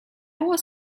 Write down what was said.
was